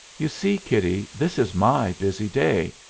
you see, kiddie, this is my busy day.